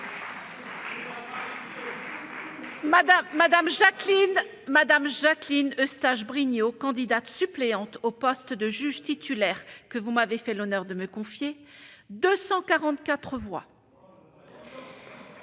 Mme Jacqueline Eustache-Brinio, suppléante au poste de juge titulaire que vous m'aviez fait l'honneur de me confier, 244 voix.